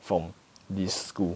from this school